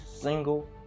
single